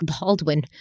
Baldwin